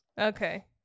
Okay